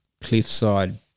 cliffside